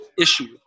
issue